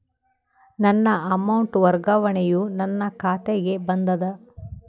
ನನ್ನ ಅಮೌಂಟ್ ವರ್ಗಾವಣೆಯು ನನ್ನ ಖಾತೆಗೆ ಬಂದದ